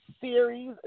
series